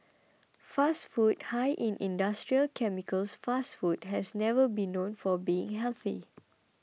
fast food high in industrial chemicals fast food has never been known for being healthy